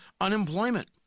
unemployment